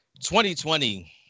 2020